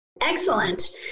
Excellent